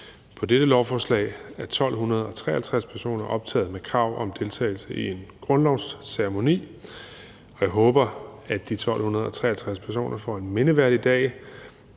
På dette lovforslag er 1.253 personer optaget med krav om deltagelse i en grundlovsceremoni. Jeg håber, at de 1.253 personer får en mindeværdig dag,